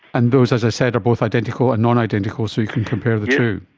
and those, as i said, are both identical and nonidentical so you can compare the two.